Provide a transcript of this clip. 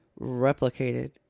replicated